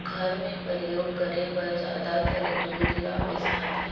घर मे परियोग करे बर जादातर दूद ल बेसाथे